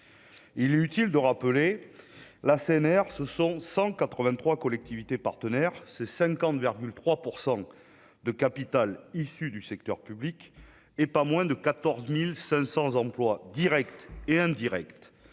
il est utile de rappeler la CNR, ce sont 183 collectivités partenaires ce 50,3 % de capital issu du secteur public et pas moins de 14500 emplois Directs et indirects